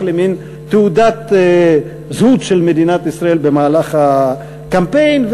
למין תעודת זהות של מדינת ישראל במהלך הקמפיין.